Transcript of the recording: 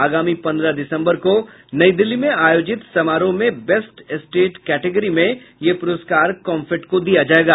आगामी पन्द्रह दिसम्बर को नई दिल्ली में आयोजित समारोह में बेस्ट स्टेट कैटेगरी में यह पुरस्कार काम्फेड को दिया जायेगा